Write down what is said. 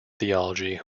theology